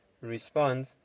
respond